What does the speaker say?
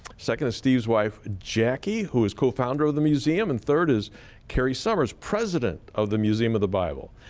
second is steve's wife jackie who is co-founder of the museum. and third is cary summers, president of the museum of the bible.